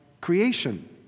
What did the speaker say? creation